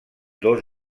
dos